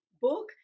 book